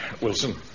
Wilson